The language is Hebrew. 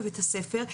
בבית הספר,